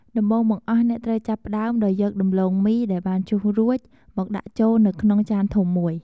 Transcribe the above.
ដំបូងបង្អស់ អ្នកត្រូវចាប់ផ្តើមដោយយក ដំឡូងមីដែលបានឈូសរួច មកដាក់ចូលនៅក្នុងចានធំមួយ។